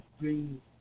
bring